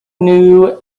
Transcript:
knew